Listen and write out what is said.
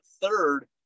third